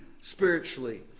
spiritually